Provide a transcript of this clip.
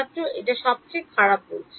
ছাত্র এটাই সবচেয়ে খারাপ বলছে